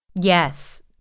Yes